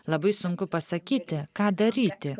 labai sunku pasakyti ką daryti